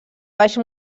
baix